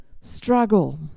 struggle